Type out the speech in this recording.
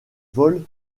vols